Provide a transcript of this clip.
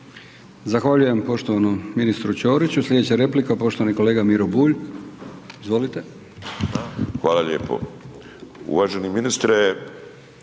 Zahvaljujem poštovanom ministru Ćoriću. Slijedeća replika, poštovani kolega Miro Bulj, izvolite. **Bulj, Miro (MOST)** Hvala lijepo. Uvaženi ministre,